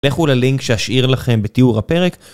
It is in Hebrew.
לכו ללינק שאשאיר לכם בתיאור הפרק.